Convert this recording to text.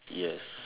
yes